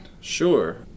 Sure